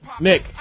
nick